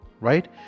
right